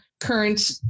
current